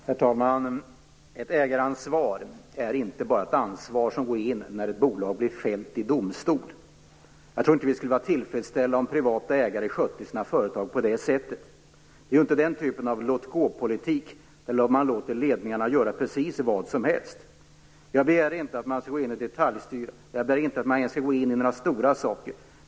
Herr talman! Ett ägaransvar är inte bara ett ansvar som går in när ett bolag blir fällt i domstol. Jag tror inte att vi skulle vara tillfredsställda om privata ägare skötte sina företag på det sättet. Det är inte den typen av låt-gå-politik, där man låter ledningarna göra precis vad som helst, som vi vill ha. Jag begär inte att man skall gå in och detaljstyra eller ens att man skall gå in i några stora saker.